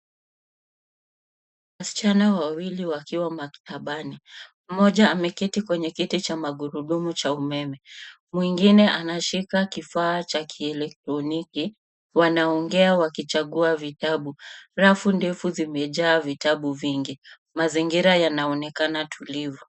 Wasichana wawili wakiwa maktabani, mmoja ameketi kwenye kiti cha magurudumu cha umeme mwingine anashika kifaa cha kielektroniki wanaongea wakichagua kitabu. Rafu ndefu zimejaa vitabu vingi mazingira yanaonekana tulivu.